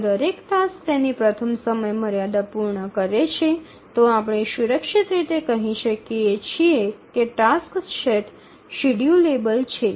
જો દરેક ટાસક્સ તેની પ્રથમ સમયમર્યાદાને પૂર્ણ કરે છે તો આપણે સુરક્ષિત રીતે કહી શકીએ છીએ કે ટાસક્સ સેટ શેડ્યૂલેબલ છે